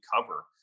cover